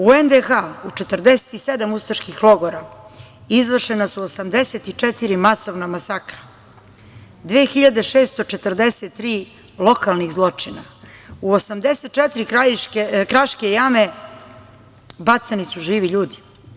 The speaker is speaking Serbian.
U NDH u 47 ustaških logora izvršena su 84 masovna masakra, 2.643 lokalnih zločina, u 84 kraške jame bacani su živi ljudi.